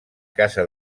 casa